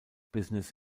business